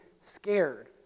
scared